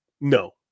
No